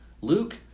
Luke